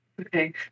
Okay